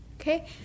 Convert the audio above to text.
Okay